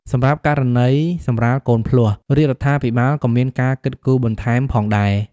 សម្រាប់ករណីសម្រាលកូនភ្លោះ រាជរដ្ឋាភិបាលក៏មានការគិតគូរបន្ថែមផងដែរ។